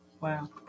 Wow